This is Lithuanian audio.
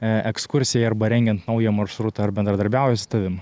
ekskursijai arba rengiant naują maršrutą ar bendradarbiauja su tavim